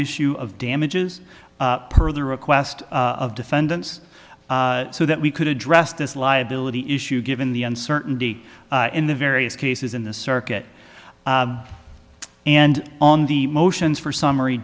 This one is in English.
issue of damages per the request of defendants so that we could address this liability issue given the uncertainty in the various cases in the circuit and on the motions for summary